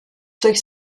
durch